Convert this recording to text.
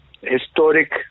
historic